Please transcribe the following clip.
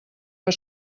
per